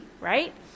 right